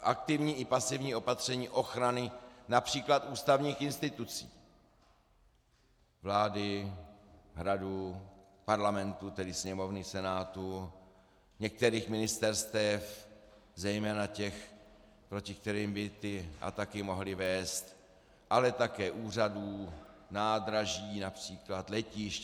aktivní i pasivní opatření ochrany např. ústavních institucí vlády, Hradu, Parlamentu, tedy Sněmovny, Senátu, některých ministerstev, zejména těch, proti kterým by ty ataky mohly vést, ale také úřadů, nádraží, např. letišť atp.